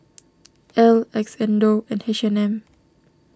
Elle Xndo and H and M